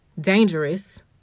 dangerous